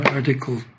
article